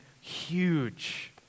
huge